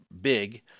big